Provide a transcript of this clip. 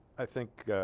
i think ah.